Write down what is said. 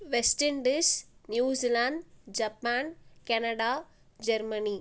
West Indies New Zealand Japan Canada Germany